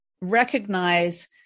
recognize